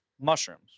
mushrooms